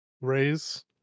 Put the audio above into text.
Raise